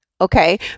Okay